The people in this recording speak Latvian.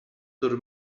tur